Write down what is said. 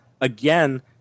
again –